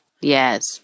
yes